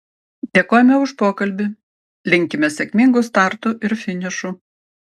dėkojame už pokalbį linkime sėkmingų startų ir finišų